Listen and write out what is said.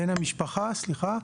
בן המשפחה, סליחה.